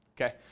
Okay